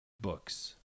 books